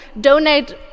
donate